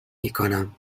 میکنم